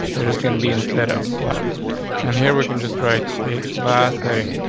there's gonna be instead off glass and here we can just write a class heading